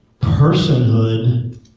personhood